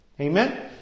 Amen